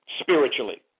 spiritually